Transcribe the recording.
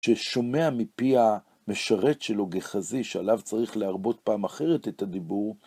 ששומע מפי המשרת שלו, גיחזי, שעליו צריך להרבות פעם אחרת את הדיבור.